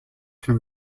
can